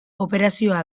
operazioa